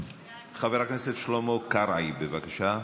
חבר הכנסת שלמה קרעי, בבקשה,